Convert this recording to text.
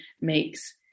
makes